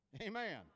Amen